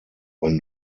when